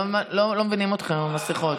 לא מבינים אתכם עם המסכות.